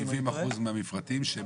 70% מהמפרטים.